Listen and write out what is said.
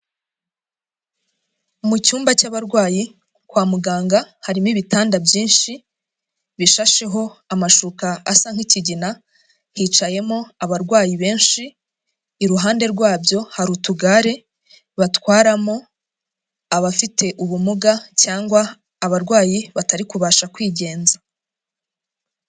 Mu cyumba cy'abarwayi kwa muganga harimo ibitanda byinshi bishasheho amashuka asa nk'ikigina, hicayemo abarwayi benshi, iruhande rwabyo hari utugare batwaramo abafite ubumuga cyangwa abarwayi batari kubasha kwigenza.